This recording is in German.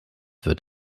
wird